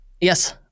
yes